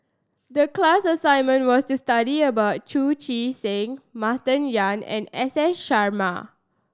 the class assignment was to study about Chu Chee Seng Martin Yan and S S Sarma